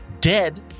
dead